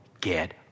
get